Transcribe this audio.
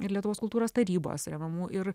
ir lietuvos kultūros tarybos remiamų ir